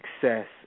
success